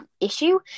issue